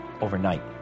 overnight